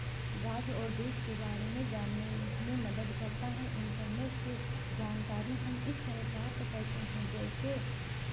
राज्य और देश के बारे में जानने में मदद करता है इंटरनेट से जानकारी हम इस तरह प्राप्त करते हैं जैसे